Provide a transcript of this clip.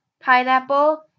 pineapple